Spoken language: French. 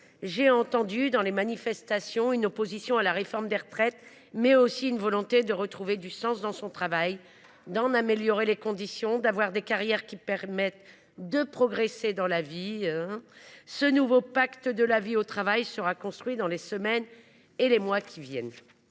J’ai entendu dans les manifestations une opposition à la réforme des retraites, mais aussi une volonté de retrouver du sens dans son travail, d’en améliorer les conditions, d’avoir des carrières qui permettent de progresser dans la vie. […] Ce nouveau pacte de la vie au travail sera construit dans les semaines et les mois qui viennent.